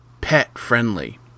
pet-friendly